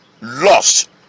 lost